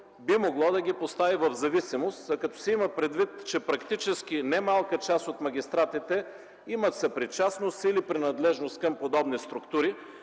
би могло да ги постави в зависимост, като се има предвид, че практически немалка част от магистратите имат съпричастност или принадлежност към подобни структури